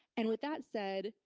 and with that said,